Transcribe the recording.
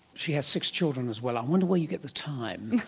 she has six children as well. i wonder where you get the time.